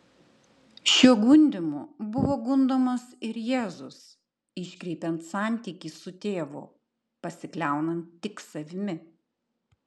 šiuo gundymu buvo gundomas ir jėzus iškreipiant santykį su tėvu pasikliaunant tik savimi